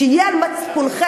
שיהיה על מצפונכם.